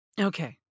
Okay